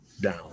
Down